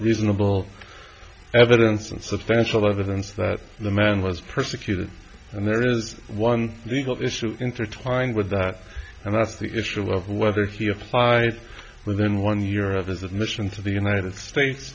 reasonable evidence and substantial evidence that the man was persecuted and there is one legal issue intertwined with that and that's the issue of whether he applied within one year of his admission to the united states